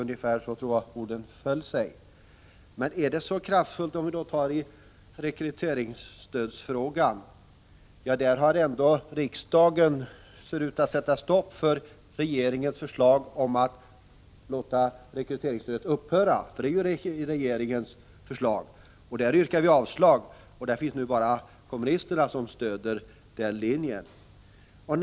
Jag tror att det var så orden föll. Men är politiken så kraftfull t.ex. i fråga om rekryteringsstödet? I den frågan ser riksdagen ändå ut att sätta stopp för regeringens förslag om att låta rekryteringsstödet upphöra, för det är ju vad regeringens förslag går ut på. Vi yrkar avslag i det avseendet. Det är bara kommunisterna som stöder regeringens linje.